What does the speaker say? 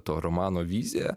to romano viziją